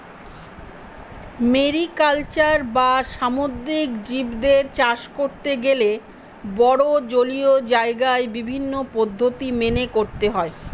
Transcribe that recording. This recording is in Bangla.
মেরিকালচার বা সামুদ্রিক জীবদের চাষ করতে গেলে বড়ো জলীয় জায়গায় বিভিন্ন পদ্ধতি মেনে করতে হয়